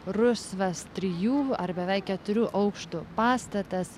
rusvas trijų ar beveik keturių aukštų pastatas